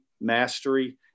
mastery